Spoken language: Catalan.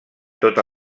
tota